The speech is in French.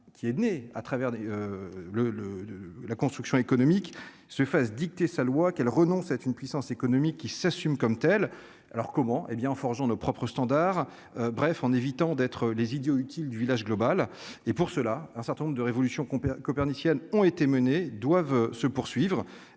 qui est né à travers le le le la construction économique se fasse dicter sa loi qu'elle renonce une puissance économique qui s'assume comme telle, alors comment hé bien en forgeant nos propres standards, bref en évitant d'être les idiots utiles du village global et pour cela, un certain nombre de révolution copernicienne ont été menés, doivent se poursuivre,